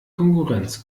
konkurrenz